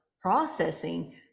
processing